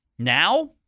Now